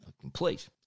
complete